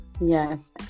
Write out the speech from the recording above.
Yes